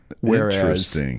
whereas